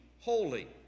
holy